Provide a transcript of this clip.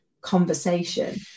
conversation